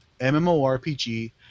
MMORPG